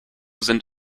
sind